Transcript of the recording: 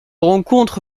rencontre